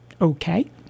Okay